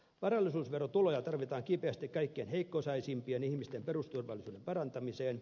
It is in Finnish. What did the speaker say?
varallisuusverotuloja tarvitaan kipeästi kaikkein heikko osaisimpien ihmisten perusturvallisuuden parantamiseen